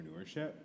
entrepreneurship